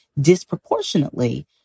disproportionately